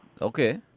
Okay